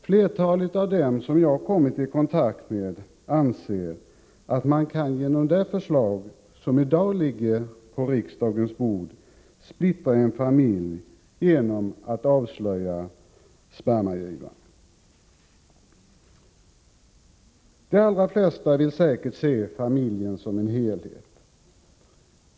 Flertalet av dem som jag har kommit i kontakt med anser att man genom det förslag som i dag ligger på riksdagens bord kan splittra en familj genom att avslöja spermagivaren. De allra flesta vill säkert se familjen som en helhet.